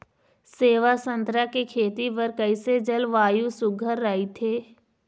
सेवा संतरा के खेती बर कइसे जलवायु सुघ्घर राईथे?